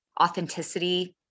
authenticity